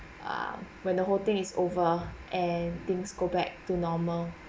err when the whole thing is over and things go back to normal